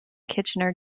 kitchener